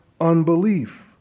unbelief